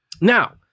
Now